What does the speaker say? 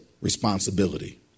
responsibility